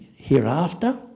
hereafter